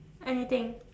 anything